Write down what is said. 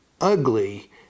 ugly